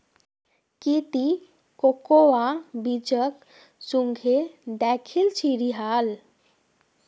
की ती कोकोआ बीजक सुंघे दखिल छि राहल